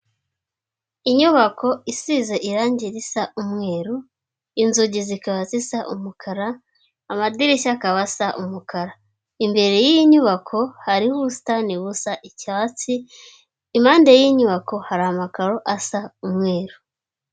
Inyubako isize irangi risa umweru, inzugi zikaba zisa umukara, amadirishya akaba asa umukara. Imbere y'iyi nyubako hariho ubusitani busa icyatsi, impande y'iyi nyubako hari amakaro asa umweru.